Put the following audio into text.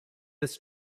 this